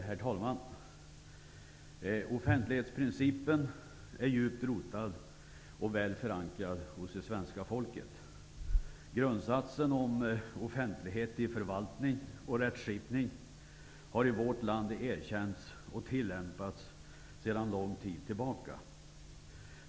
Herr talman! Offentlighetsprincipen är djupt rotad och väl förankrad hos det svenska folket. Grundsatsen om offentlighet i förvaltning och rättskipning har i vårt land erkänts och tillämpats sedan lång tid tillbaka.